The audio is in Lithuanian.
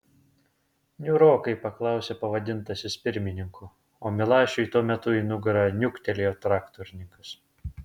niūrokai paklausė pavadintasis pirmininku o milašiui tuo metu į nugarą niuktelėjo traktorininkas